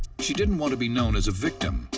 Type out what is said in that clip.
she didn't want to be known as a victim.